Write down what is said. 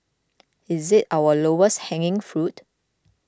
is it our lowest hanging fruit